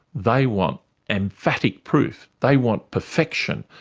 they want emphatic proof. they want perfection.